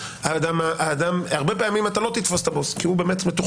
הרבה פעמים לא תתפוס את הבוס כי הוא מתוחכם